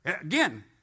Again